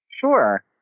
Sure